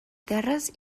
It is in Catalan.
terres